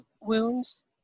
wounds